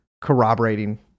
corroborating